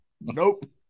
nope